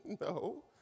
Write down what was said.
no